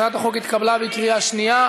הצעת החוק התקבלה בקריאה שנייה.